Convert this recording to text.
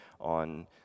on